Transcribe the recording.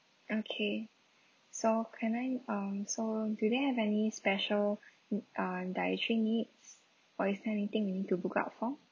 okay so can I um so do they have any special uh dietary needs or is there anything we need to look out for